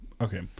Okay